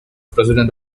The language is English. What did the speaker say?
president